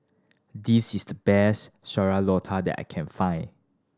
this is the best sayur that I can find